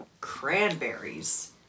cranberries